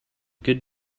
good